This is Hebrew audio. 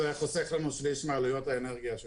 זה היה חוסך לנו שליש מעלויות האנרגיה שלנו.